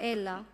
אלא ב-trait,